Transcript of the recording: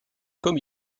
comme